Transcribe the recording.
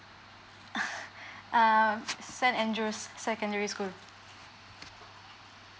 err saint andrew's secondary school